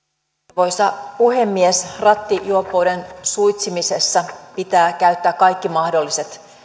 arvoisa puhemies rattijuoppouden suitsimisessa pitää käyttää kaikki mahdolliset